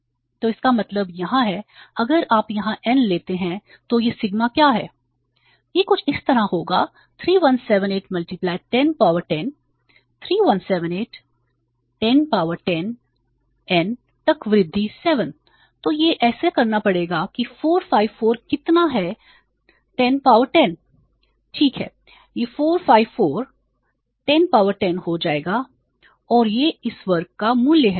तो इसका मतलब यहाँ है अगर आप यहाँ n लेते हैं तो यह सिग्मा क्या है यह कुछ इस तरह होगा 3178 10 पावर 10 3178 10 पावर 10 n तक वृद्धि 7 तो यह ऐसे करना पड़ेगा कि 454 कितना है10 पावर 10 ठीक है यह 454 10 पावर 10 हो जाएगा औरयह एस वर्ग का मूल्य है